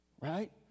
Right